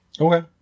Okay